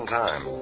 time